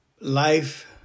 life